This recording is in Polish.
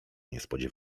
niespodzie